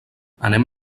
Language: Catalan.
anem